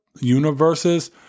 universes